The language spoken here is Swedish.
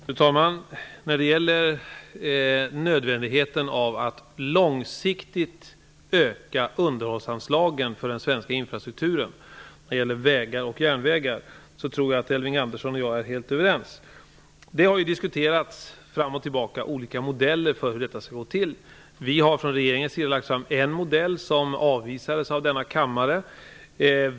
Fru talman! Jag tror att Elving Andersson och jag är helt överens om nödvändigheten av att långsiktigt öka underhållsanslagen för den svenska infrastrukturen när det gäller vägar och järnvägar. Olika modeller för hur detta skall gå till har diskuterats fram och tillbaka. Vi har från regeringens sida lagt fram en modell som avvisades av denna kammare.